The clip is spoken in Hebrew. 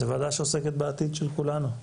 זו ועדה שעוסקת בעתיד של כולנו,